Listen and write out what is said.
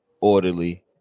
orderly